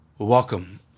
Welcome